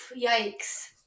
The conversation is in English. yikes